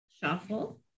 shuffle